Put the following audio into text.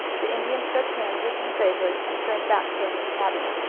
the indian shook hands with him gravely and turned back toward his cabin.